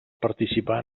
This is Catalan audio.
participar